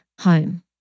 Home